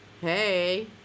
Hey